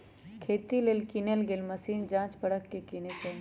खेती लेल किनल गेल मशीन जाच परख के किने चाहि